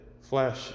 flesh